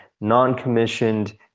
non-commissioned